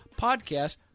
podcast